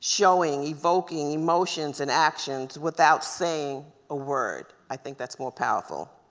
showing, evoking emotions and actions without saying a word. i think that's more powerful.